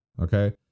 okay